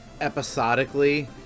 episodically